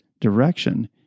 direction